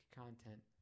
content